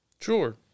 Sure